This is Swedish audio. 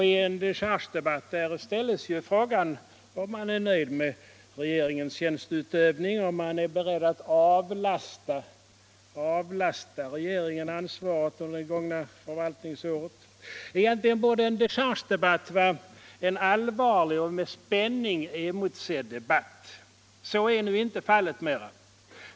I en dechargedebatt ställs ju frågan om man är nöjd med regeringens tjänsteutövning, om man är beredd att avlasta regeringen ansvaret för det gångna förvaltningsåret. Egentligen borde en dechargedebatt vara en allvarlig och med spänning emotsedd debatt. Så är nu inte fallet mera.